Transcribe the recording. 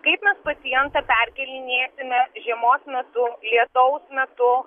kaip mes pacientą perkėlinėsime žiemos metu lietaus metu